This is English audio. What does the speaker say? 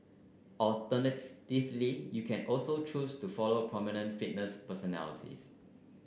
alternatively you can also choose to follow prominent fitness personalities